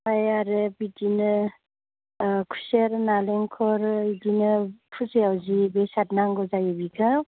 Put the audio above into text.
ओमफ्राय आरो बिदिनो खुसेर नारेंखल बिदिनो फुजायाव जि बेसाद नांगौ जायो बेखौ